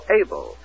able